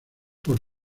por